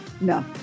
No